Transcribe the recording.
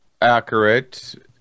accurate